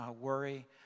worry